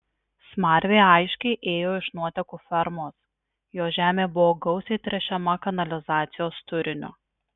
smarvė aiškiai ėjo iš nuotėkų fermos jos žemė buvo gausiai tręšiama kanalizacijos turiniu